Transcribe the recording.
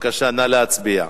בבקשה, נא להצביע.